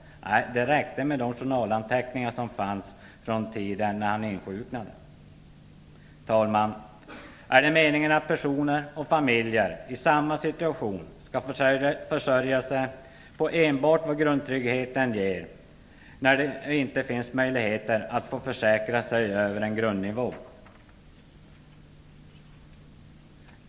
De räckte med de journalanteckningar som fanns från tiden när han insjuknade. Herr talman! Är det meningen att personer eller familjer i samma situation skall försörja sig på enbart vad grundtryggheten ger när det inte finns möjligheter att försäkra sig över en grundnivå?